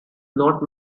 not